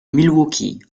milwaukee